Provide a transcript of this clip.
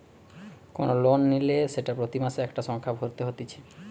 কোন লোন নিলে সেটা প্রতি মাসে একটা সংখ্যা ভরতে হতিছে